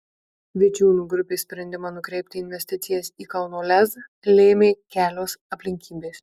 vičiūnų grupės sprendimą nukreipti investicijas į kauno lez lėmė kelios aplinkybės